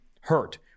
hurt